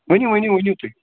ؤنِو ؤنِو ؤنِو تُہۍ